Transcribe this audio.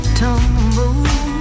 tumble